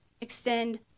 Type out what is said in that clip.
extend